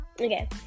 Okay